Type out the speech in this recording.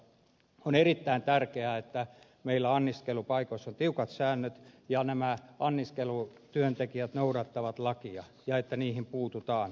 on erittäin tärkeää että meillä anniskelupaikoissa on tiukat säännöt ja että nämä anniskelutyöntekijät noudattavat lakia ja että siihen puututaan